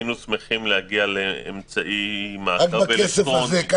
היינו שמחים להגיע לאמצעי מעקב --- רק בכסף הזה אפשר